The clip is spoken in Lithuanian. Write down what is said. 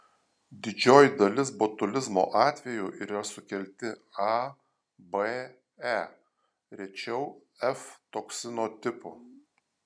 didžioji dalis botulizmo atvejų yra sukelti a b e rečiau f toksino tipų